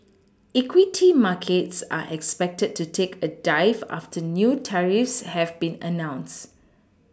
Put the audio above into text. equity markets are expected to take a dive after new tariffs have been announced